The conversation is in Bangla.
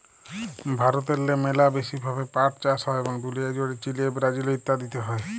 ভারতেল্লে ম্যালা ব্যাশি ভাবে পাট চাষ হ্যয় এবং দুলিয়া জ্যুড়ে চিলে, ব্রাজিল ইত্যাদিতে হ্যয়